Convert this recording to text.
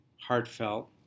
heartfelt